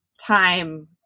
time